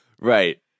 Right